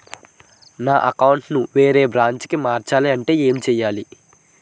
నా అకౌంట్ ను వేరే బ్రాంచ్ కి మార్చాలి అంటే ఎం చేయాలి?